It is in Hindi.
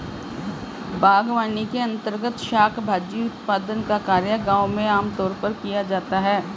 बागवानी के अंर्तगत शाक भाजी उत्पादन का कार्य गांव में आमतौर पर किया जाता है